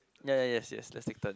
ya ya yes yes let's take turn